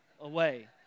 away